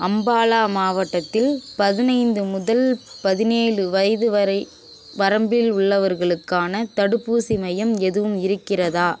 அம்பாலா மாவட்டத்தில் பதினைந்து முதல் பதினேழு வயது வரை வரம்பில் உள்ளவர்களுக்கான தடுப்பூசி மையம் எதுவும் இருக்கிறதா